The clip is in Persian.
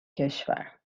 کشور